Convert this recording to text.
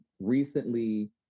Recently